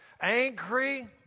angry